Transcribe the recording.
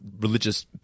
religious